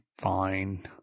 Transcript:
fine